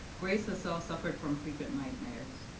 grace herself suffered from frequent nightmares.